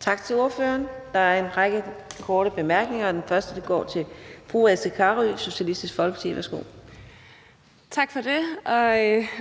Tak til ordføreren. Der er en række korte bemærkninger, og den første er til fru Astrid Carøe, Socialistisk Folkeparti. Værsgo. Kl. 15:24 Astrid Carøe (SF): Tak for det,